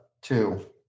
two